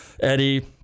Eddie